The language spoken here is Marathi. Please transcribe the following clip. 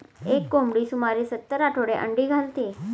एक कोंबडी सुमारे सत्तर आठवडे अंडी घालते